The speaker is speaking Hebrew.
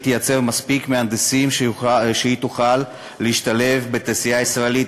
תייצר מספיק מהנדסים שהיא תוכל לשלב בתעשייה הישראלית.